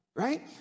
Right